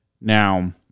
Now